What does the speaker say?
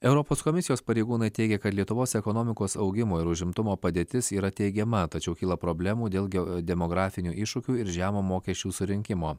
europos komisijos pareigūnai teigia kad lietuvos ekonomikos augimo ir užimtumo padėtis yra teigiama tačiau kyla problemų dėl demografinių iššūkių ir žemo mokesčių surinkimo